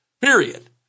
period